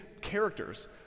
characters